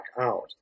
out